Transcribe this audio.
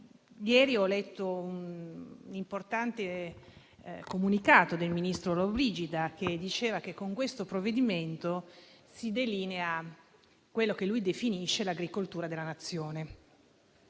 Ieri ho letto un'importante comunicato del ministro Lollobrigida, secondo cui con questo provvedimento si delinea quella che lui definisce l'agricoltura della Nazione.